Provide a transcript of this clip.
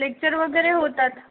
lecture वगैरे होतात